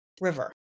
river